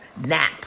Nap